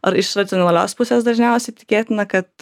ar iš racionalios pusės dažniausiai tikėtina kad